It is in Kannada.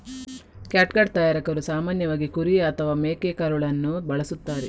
ಕ್ಯಾಟ್ಗಟ್ ತಯಾರಕರು ಸಾಮಾನ್ಯವಾಗಿ ಕುರಿ ಅಥವಾ ಮೇಕೆಕರುಳನ್ನು ಬಳಸುತ್ತಾರೆ